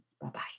Bye-bye